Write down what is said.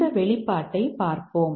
இந்த வெளிப்பாட்டைப் பார்ப்போம்